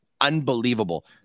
Unbelievable